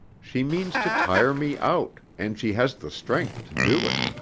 she means to tire me out, and she has the strength to do it.